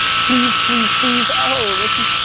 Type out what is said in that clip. please, please, please, oh richie.